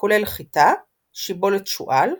שכולל חיטה, שיבולת-שועל,